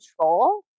control